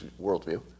worldview